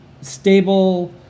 stable